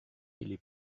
les